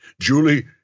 Julie